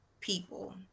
people